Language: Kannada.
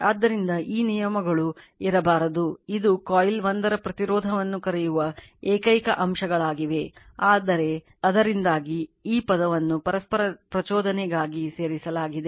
ಆದ್ದರಿಂದ ಈ ನಿಯಮಗಳು ಇರಬಾರದು ಇದು ಕಾಯಿಲ್ 1 ರ ಪ್ರತಿರೋಧವನ್ನು ಕರೆಯುವ ಏಕೈಕ ಅಂಶಗಳಾಗಿವೆ ಆದರೆ ಅದರಿಂದಾಗಿ ಈ ಪದವನ್ನು ಪರಸ್ಪರ ಪ್ರಚೋದನೆಗಾಗಿ ಸೇರಿಸಲಾಗಿದೆ